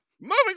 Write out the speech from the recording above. Moving